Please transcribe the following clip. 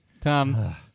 Tom